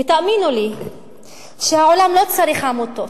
ותאמינו לי שהעולם לא צריך עמותות,